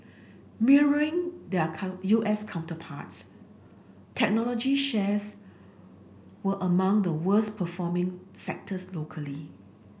mirroring their U S counterparts technology shares were among the worst performing sectors locally